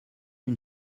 une